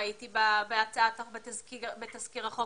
ראיתי בתזכיר החוק,